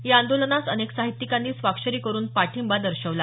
या आंदोलनास अनेक साहित्यिकांनी स्वाक्षरी करून पाठिंबा दर्शवला